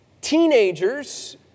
teenagers